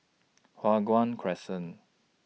Hua Guan Crescent